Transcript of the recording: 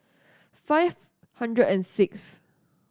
five hundred and sixth